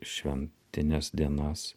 šventines dienas